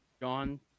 John